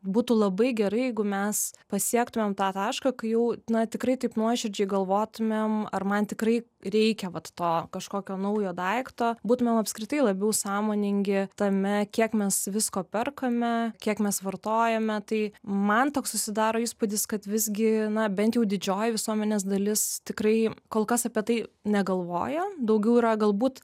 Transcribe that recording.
būtų labai gerai jeigu mes pasiektumėm tą tašką kai jau na tikrai taip nuoširdžiai galvotumėm ar man tikrai reikia vat to kažkokio naujo daikto būtumėm apskritai labiau sąmoningi tame kiek mes visko perkame kiek mes vartojame tai man toks susidaro įspūdis kad visgi na bent jau didžioji visuomenės dalis tikrai kol kas apie tai negalvoja daugiau yra galbūt